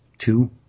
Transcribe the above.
Two